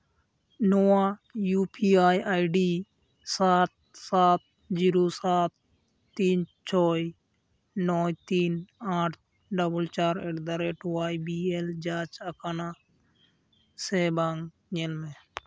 ᱱᱚᱣᱟ U P I I D ᱥᱟᱛ ᱥᱟᱛ ᱡᱤᱨᱳ ᱥᱟᱛ ᱛᱤᱱ ᱪᱷᱚᱭ ᱱᱚᱭ ᱛᱤᱱ ᱟᱴ ᱰᱚᱵᱚᱞ ᱪᱟᱨ ᱮᱴᱫᱟᱼᱨᱮᱹᱴ ᱚᱣᱟᱭ ᱵᱤ ᱮᱞ ᱡᱟᱸᱪ ᱟᱠᱟᱱᱟ ᱥᱮ ᱵᱟᱝ ᱧᱮᱞ ᱢᱮ